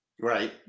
Right